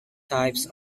types